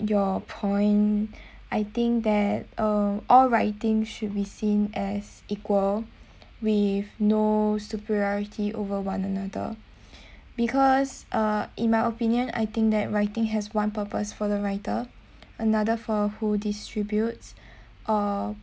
your point I think that uh all writing should be seen as equal with no superiority over one another because uh in my opinion I think that writing has one purpose for the writer another for who distributes or